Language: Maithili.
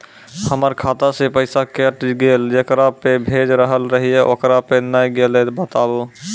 हमर खाता से पैसा कैट गेल जेकरा पे भेज रहल रहियै ओकरा पे नैय गेलै बताबू?